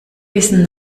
wissen